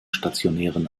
stationären